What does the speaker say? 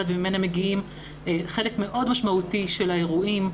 וממנה מגיעים חלק מאוד משמעותי של האירועים.